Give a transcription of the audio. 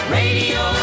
radio